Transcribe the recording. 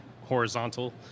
horizontal